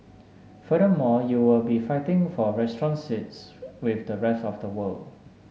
furthermore you will be fighting for restaurant seats with the rest of the world